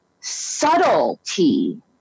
subtlety